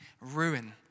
ruin